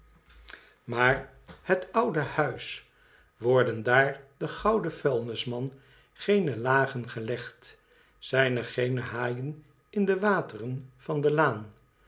maar het oude hais worden daar den gouden vuilnisman seene lagen gelegd zijn er geene haaien in de wateren van de laan